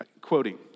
quoting